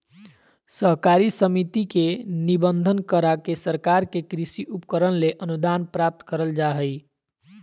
सहकारी समिति के निबंधन, करा के सरकार से कृषि उपकरण ले अनुदान प्राप्त करल जा हई